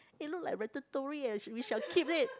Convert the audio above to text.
it look like Ratatouille leh we shall keep it